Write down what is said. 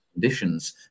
conditions